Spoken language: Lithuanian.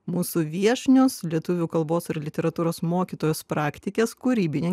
mūsų viešnios lietuvių kalbos ir literatūros mokytojos praktikės kūrybinę